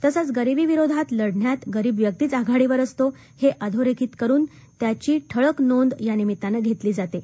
तसंच गरिबीविरोधात लढण्यात गरीब व्यक्तीच आघाडीवर असतो हे अधोरेखित करून त्याची ठळक नोंद यानिमित्तानं घेतली जाते